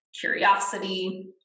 curiosity